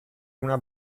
una